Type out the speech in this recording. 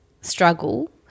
struggle